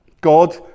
God